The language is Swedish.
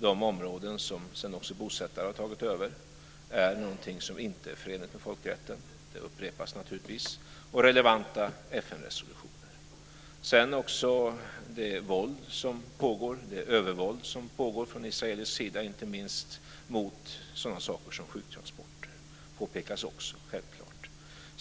de områden som sedan också bosättare har tagit över är inte förenligt med folkrätten. Det gäller också relevanta FN-resolutioner. Det övervåld som pågår från israelisk sida, inte minst mot sjuktransporter, påpekas självklart också.